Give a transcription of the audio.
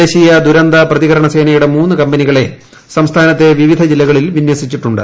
ദേശീയ ദുരന്ത പ്രതികരണ സേനയുടെ മൂന്നു കമ്പനികളെ സംസ്ഥാനത്തെ വിവിധ ജില്ലകളിൽ വിന്യസിച്ചിട്ടുണ്ട്